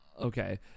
Okay